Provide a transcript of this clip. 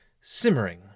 simmering